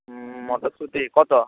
হুম মটরশুঁটি কত